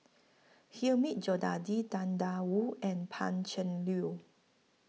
Hilmi Tang DA Wu and Pan Cheng Lui